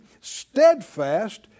steadfast